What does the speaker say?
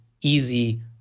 easy